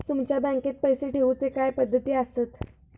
तुमच्या बँकेत पैसे ठेऊचे काय पद्धती आसत?